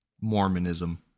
mormonism